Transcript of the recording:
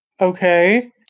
Okay